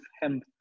hemp